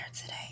today